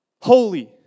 holy